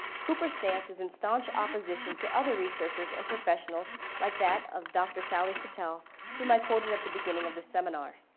cooper's stance is in staunch opposition to other researchers and professionals like that of dr. sally satel whom i quoted at the beginning of this seminar.